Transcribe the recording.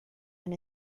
and